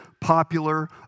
popular